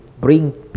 bring